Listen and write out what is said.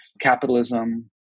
capitalism